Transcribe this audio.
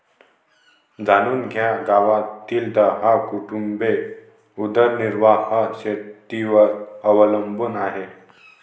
जाणून घ्या गावातील दहा कुटुंबे उदरनिर्वाह शेतीवर अवलंबून आहे